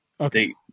okay